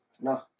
No